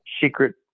secret